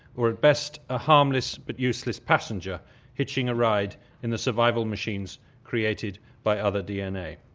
or at best a harmless but useless passenger hitching a ride in the survival machines created by other dna.